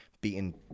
beaten